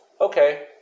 okay